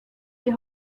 die